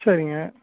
சரிங்க